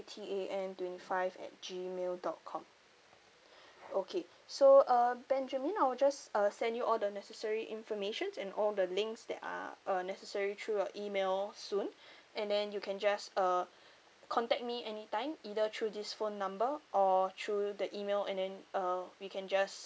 T A N twenty five at gmail dot com okay so uh benjamin I will just uh send you all the necessary informations and all the links that are uh necessary through your email soon and then you can just uh contact me anytime either through this phone number or through the email and then uh we can just